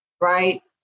Right